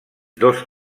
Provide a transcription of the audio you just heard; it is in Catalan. dos